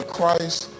Christ